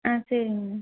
ஆ சரிங்கண்ணா